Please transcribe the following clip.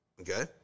Okay